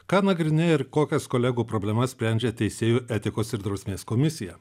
ką nagrinėja ir kokias kolegų problemas sprendžia teisėjų etikos ir drausmės komisija